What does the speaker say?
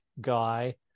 guy